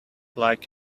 like